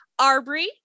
Arbry